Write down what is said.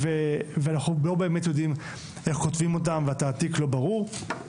ואנחנו לא באמת יודעים איך כותבים אותם והתעתיק לא ברור.